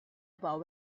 about